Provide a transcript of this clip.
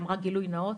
גילוי נאות,